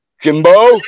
Jimbo